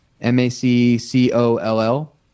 M-A-C-C-O-L-L